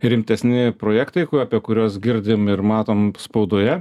rimtesni projektai apie kuriuos girdim ir matom spaudoje